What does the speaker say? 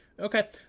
okay